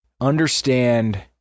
understand